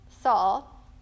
Saul